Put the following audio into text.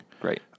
Great